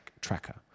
tracker